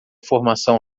formação